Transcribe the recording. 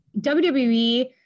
WWE